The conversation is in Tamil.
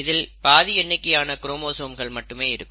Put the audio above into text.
இதில் பாதி எண்ணிக்கையான குரோமோசோம்கள் மட்டுமே இருக்கும்